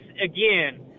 again